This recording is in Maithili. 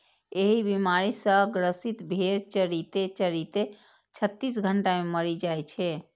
एहि बीमारी सं ग्रसित भेड़ चरिते चरिते छत्तीस घंटा मे मरि जाइ छै